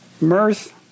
Mirth